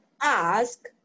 ask